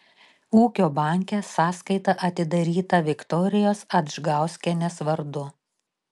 ūkio banke sąskaita atidaryta viktorijos adžgauskienės vardu